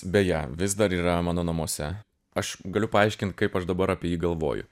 beje vis dar yra mano namuose aš galiu paaiškint kaip aš dabar apie jį galvoju